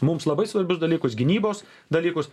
mums labai svarbius dalykus gynybos dalykus